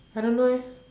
I don't know eh